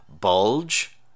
Bulge